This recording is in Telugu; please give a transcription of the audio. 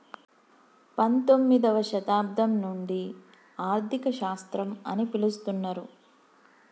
పంతొమ్మిదవ శతాబ్దం నుండి ఆర్థిక శాస్త్రం అని పిలుత్తున్నరు